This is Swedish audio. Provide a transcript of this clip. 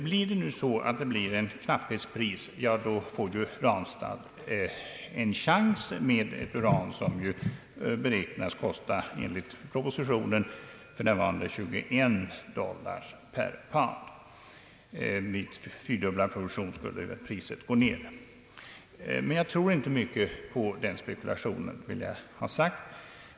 Om det nu blir ett knapphetspris, får Ranstad en chans med ett uran som beräknas enligt propositionen för närvarande kosta 21 dollar per pound — vid en fyra gånger ökad produktion skulle priset sänkas. Jag tror inte mycket på denna spekulation.